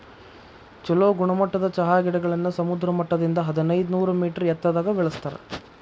ಚೊಲೋ ಗುಣಮಟ್ಟದ ಚಹಾ ಗಿಡಗಳನ್ನ ಸಮುದ್ರ ಮಟ್ಟದಿಂದ ಹದಿನೈದನೂರ ಮೇಟರ್ ಎತ್ತರದಾಗ ಬೆಳೆಸ್ತಾರ